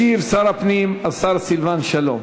ישיב שר הפנים סילבן שלום.